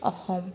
Assam